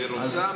כשהיא רוצה,